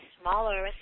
smaller